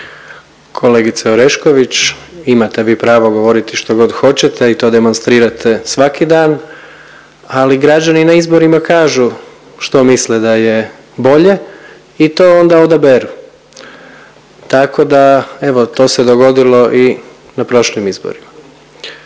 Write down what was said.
Kolegice Orešković imate vi pravo govoriti što god hoćete i to demonstrirate svaki dan, ali građani na izborima kažu što misle da je bolje i to onda odaberu. Tako da evo to se dogodilo i na prošlim izborima.